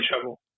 trouble